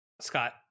Scott